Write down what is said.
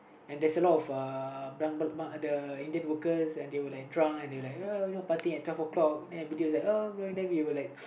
and there's a lot of uh the Indian workers and they were like drunk and they were like partying at twelve o-clock everybody was like then we were like